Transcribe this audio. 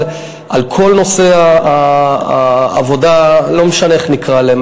על כל נושא העבודה לא משנה איך נקרא להם,